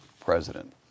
president